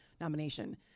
nomination